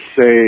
say